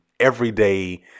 everyday